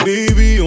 Baby